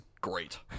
great